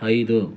ಐದು